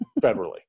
federally